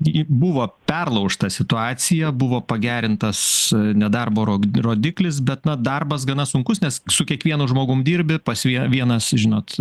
ji buvo perlaužta situacija buvo pagerintas nedarbo rog rodiklis bet na darbas gana sunkus nes su kiekvienu žmogum dirbi pas vie vienas žinot